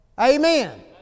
Amen